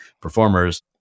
performers